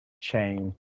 chain